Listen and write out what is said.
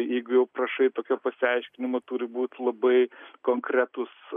jeigu jau prašai tokio pasiaiškinimo turi būti labai konkretūs